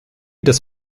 des